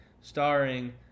starring